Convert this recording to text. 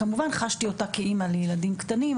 שכמובן חשתי אותה כאימא לילדים קטנים,